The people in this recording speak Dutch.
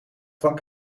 van